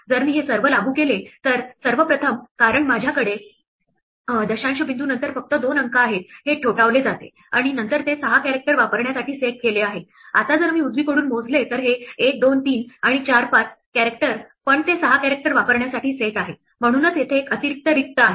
जर मी हे सर्व लागू केले तर सर्व प्रथम कारण माझ्याकडे दशांश बिंदू नंतर फक्त दोन अंक आहेत हे 3 ठोठावले जाते आणि नंतर ते 6 कॅरेक्टर वापरण्यासाठी सेट केले आहे आता जर मी उजवीकडून मोजले तर हे 1 2 3 आहे 4 5 कॅरेक्टर पण ते 6 कॅरेक्टर वापरण्यासाठी सेट आहे म्हणूनच येथे एक अतिरिक्त रिक्त आहे